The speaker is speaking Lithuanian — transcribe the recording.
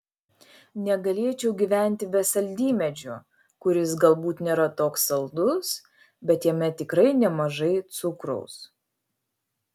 negalėčiau gyventi be saldymedžio kuris galbūt nėra toks saldus bet jame tikrai nemažai cukraus